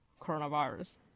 coronavirus